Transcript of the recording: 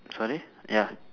sorry ya